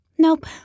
Nope